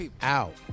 out